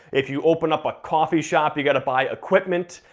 if you open up a coffee shop you gotta buy equipment,